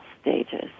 stages